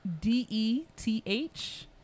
D-E-T-H